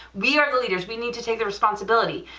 we are the leaders, we need to take the responsibility.